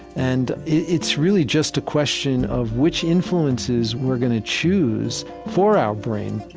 and it's really just a question of which influences we're going to choose for our brain